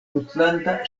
tutlanda